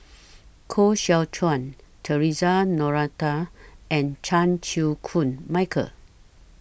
Koh Seow Chuan Theresa Noronha and Chan Chew Koon Michael